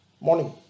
Morning